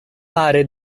fare